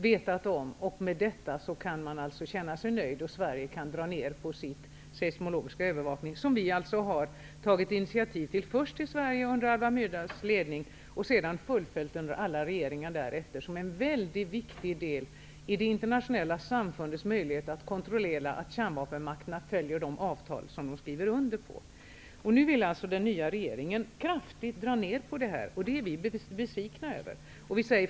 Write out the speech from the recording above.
Det är inte heller så att vi skulle kunna nöja oss med detta och dra ner på vår seismologiska övervakning. Sverige var först med att ta initiativ till den seismologiska övervakningen under Alva Myrdals ledning. Den har sedan fullföljts under alla regeringar därefter. Den är en mycket viktig del i det internationella samfundets möjligheter att kontrollera att kärnvapenmakterna följer de avtal som de skriver under. Nu vill alltså den nya regeringen kraftigt dra ner på det. Det är vi besvikna över.